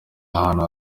ahantu